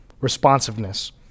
responsiveness